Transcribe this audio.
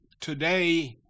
today